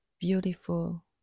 beautiful